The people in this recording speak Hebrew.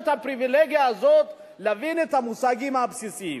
הפריווילגיה הזאת להבין את המושגים הבסיסיים.